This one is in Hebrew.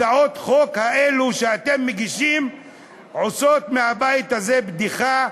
הצעות החוק האלו שאתם מגישים עושות מהבית הזה בדיחה,